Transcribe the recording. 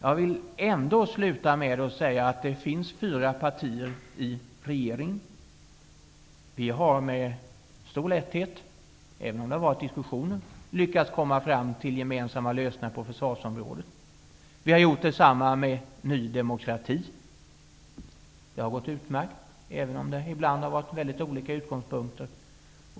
Jag vill avsluta med att säga att det finns fyra partier i regeringen. Vi har med stor lätthet, även om det har förts diskussioner, lyckats komma fram till gemensamma lösningar på försvarsområdet. Vi har kommit fram till dessa tillsammans med Ny demokrati. Det har gått utmärkt, även om det ibland har funnits väldigt olika utgångspunkter.